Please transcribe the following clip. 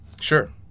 sure